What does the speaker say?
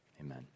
amen